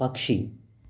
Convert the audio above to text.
പക്ഷി